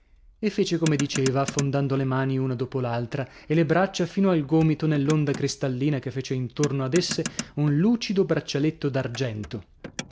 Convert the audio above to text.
e fece come diceva affondando le mani una dopo l'altra e le braccia fino al gomito nell'onda cristallina che fece intorno ad esse un lucido braccialetto